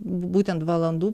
būtent valandų